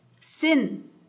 sin